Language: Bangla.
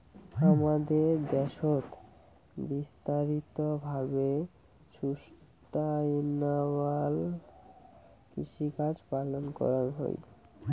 হামাদের দ্যাশোত বিস্তারিত ভাবে সুস্টাইনাবল কৃষিকাজ পালন করাঙ হই